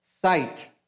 sight